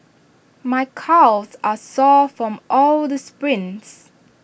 my calves are sore from all the sprints